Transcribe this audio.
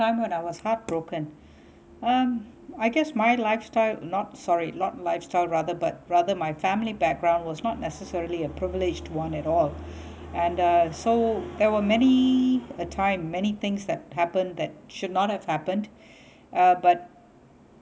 time when I was heartbroken um I guess my lifestyle not sorry not lifestyle rather but rather my family background was not necessarily a privileged one at all and the so there were many a time many things that happened that should not have happened uh but